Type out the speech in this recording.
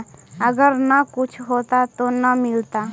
अगर न कुछ होता तो न मिलता?